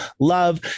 love